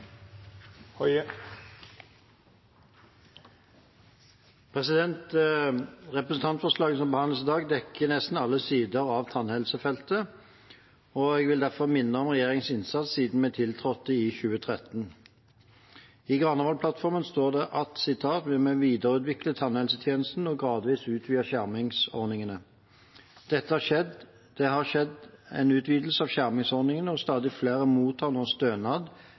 som behandles i dag, dekker nesten alle sidene ved tannhelsefeltet, og jeg vil derfor minne om regjeringens innsats siden vi tiltrådte i 2013. I Granavolden-plattformen står det at vi vil «videreutvikle tannhelsetjenesten, og gradvis utvide skjermingsordningene». Det har skjedd en utvidelse av skjermingsordningene, og stadig flere mottar nå stønad